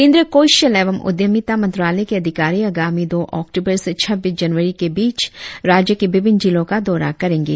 केंद्रीय कौशल एवं उद्यमिता मंत्रालय के अधिकारी आगामी दो अक्टूबर से छब्बीस जनवरी के बीच राज्य के विभिन्न जिलों का दौरा करेंगे